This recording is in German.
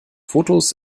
fotos